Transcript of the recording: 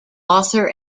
author